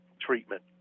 treatment